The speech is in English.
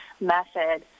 method